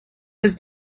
was